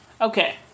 Okay